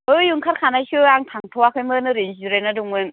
है ओंखार खानायसो आं थांथवाखैमोन ओरैनो जिरायना दंमोन